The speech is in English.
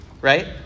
right